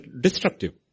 destructive